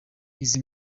izi